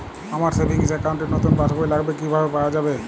আমার savings account র নতুন পাসবই লাগবে কিভাবে পাওয়া যাবে?